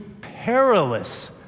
perilous